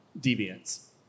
deviance